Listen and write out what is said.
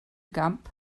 gamp